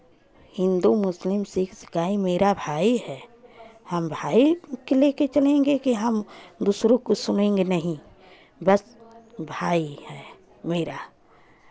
हिन्दू मुस्लिम सिक्ख ईसाई मेरा भाई है हम भाई को ले के चलेंगे कि हम दूसरों को सुनेंगे नहीं बस भाई है मेरा